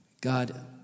God